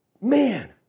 Man